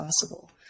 possible